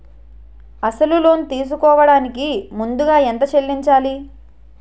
అసలు లోన్ తీసుకోడానికి ముందుగా ఎంత చెల్లించాలి?